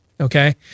Okay